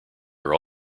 are